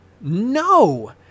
no